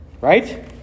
Right